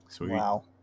Wow